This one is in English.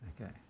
Okay